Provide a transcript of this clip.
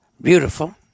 beautiful